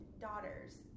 daughters